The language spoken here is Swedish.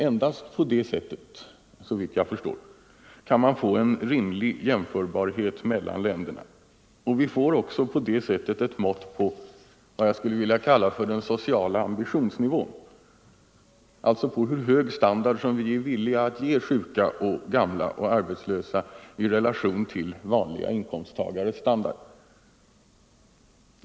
Endast på det sättet kan man, såvitt jag förstår, få en rimlig jämförbarhet mellan länderna. Vi får också på det sättet ett mått på vad jag skulle vilja kalla för den sociala ambitionsnivån, alltså på hur hög standard vi är villiga att ge sjuka, gamla och arbetslösa i relation till vanliga inkomsttagares standard.